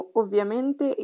ovviamente